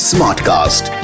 Smartcast